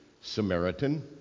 Samaritan